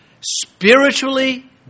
Spiritually